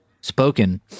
spoken